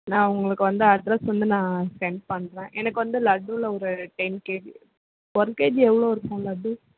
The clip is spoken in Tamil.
நான் உங்களுக்கு வந்து அட்ரஸ் வந்து நான் சென்ட் பண்ணுறேன் எனக்கு வந்து லட்டில் ஒரு டென் கேஜி ஒன் கேஜி எவ்வளோ இருக்கும் லட்டு